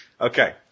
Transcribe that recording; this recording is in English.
Okay